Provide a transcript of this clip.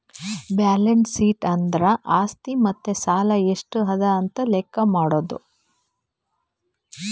balance sheet ಅಂದುರ್ ಆಸ್ತಿ ಮತ್ತ ಸಾಲ ಎಷ್ಟ ಅದಾ ಅಂತ್ ಲೆಕ್ಕಾ ಮಾಡದು